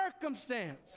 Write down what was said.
circumstance